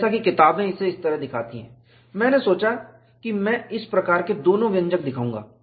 जैसा कि किताबें इसे इस तरह दिखाती हैं मैंने सोचा कि मैं इस प्रकार के दोनों व्यंजक दिखाऊंगा